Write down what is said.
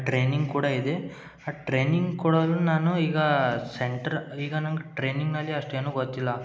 training ಕೂಡ ಇದೆ training ಕೊಡೋದು ನಾನು ಈಗ ಸೆಂಟ್ರ್ ಈಗ ನಂಗೆ ಟ್ರೈನಿಂಗ್ನಲ್ಲಿ ಅಷ್ಟೇನು ಗೊತ್ತಿಲ್ಲ